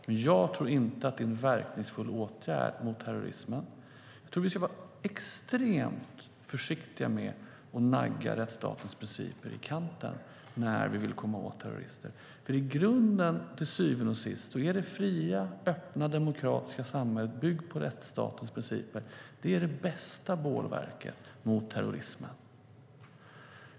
Men jag tror inte att det är en verkningsfull åtgärd mot terrorismen. Jag tror att vi ska vara extremt försiktiga med att nagga rättsstatens principer i kanten när vi vill komma åt terrorister. För i grunden, till syvende och sist, är det fria, öppna och demokratiska samhället, byggt på rättsstatens principer, det bästa bålverket mot terrorismen.